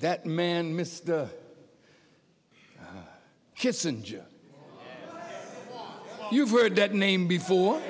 that man mister kissinger you've heard that name before